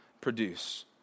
produce